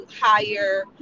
hire